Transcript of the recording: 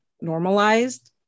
normalized